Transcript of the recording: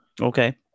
Okay